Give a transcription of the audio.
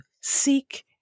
seek